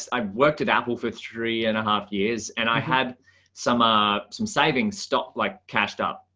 i worked at apple for three and a half years and i had some um some savings stop like cashed up.